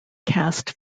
cast